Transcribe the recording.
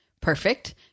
perfect